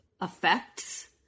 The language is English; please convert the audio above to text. affects